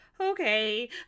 okay